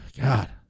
God